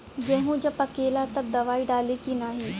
गेहूँ जब पकेला तब दवाई डाली की नाही?